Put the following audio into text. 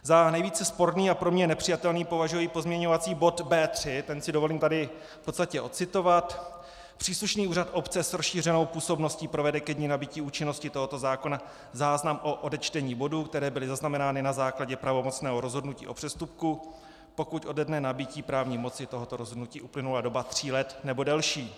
Za nejvíce sporný a pro mě nepřijatelný považuji pozměňovací bod B3, ten si dovolím tady v podstatě ocitovat: Příslušný úřad obce s rozšířenou působností provede ke dni nabytí účinnosti tohoto zákona záznam o odečtení bodů, které byly zaznamenány na základě pravomocného rozhodnutí o přestupku, pokud ode dne nabytí právní moci tohoto rozhodnutí uplynula doba tří let nebo delší.